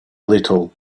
little